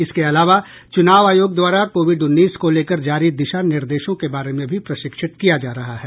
इसके अलावा चूनाव आयोग द्वारा कोविड उन्नीस को लेकर जारी दिशा निर्देशों के बारे में भी प्रशिक्षित किया जा रहा है